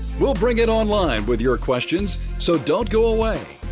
we'll bring it online with your questions, so don't go away.